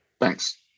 Thanks